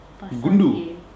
Gundu